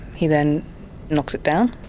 he then knocks it down,